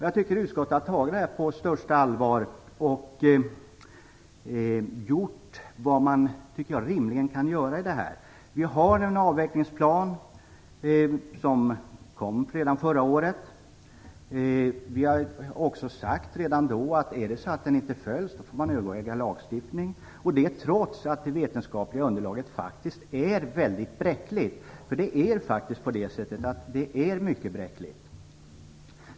Jag tycker att utskottet har tagit frågan på största allvar och gjort vad man rimligen kan göra. Det kom en avvecklingsplan redan förra året. Vi sade redan då att man får överväga lagstiftning om den inte följs. Det gör vi trots att det vetenskapliga underlaget faktiskt är väldigt bräckligt. Det är mycket bräckligt.